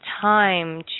time